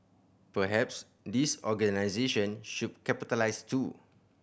perhaps these organisation should capitalize too